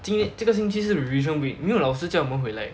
今这个星期是 revision week 没有老师叫我们回来